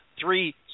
three